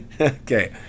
Okay